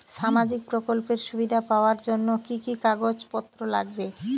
সামাজিক প্রকল্পের সুবিধা পাওয়ার জন্য কি কি কাগজ পত্র লাগবে?